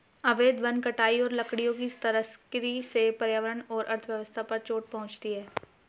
अवैध वन कटाई और लकड़ियों की तस्करी से पर्यावरण और अर्थव्यवस्था पर चोट पहुँचती है